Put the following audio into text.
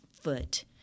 foot